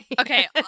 Okay